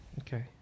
Okay